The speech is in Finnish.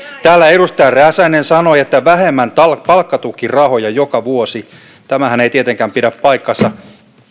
täällä edustaja räsänen sanoi että vähemmän palkkatukirahoja joka vuosi tämähän ei tietenkään pidä paikkaansa